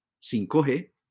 5G